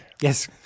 Yes